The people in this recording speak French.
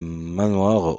manoir